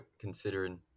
considering